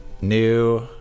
new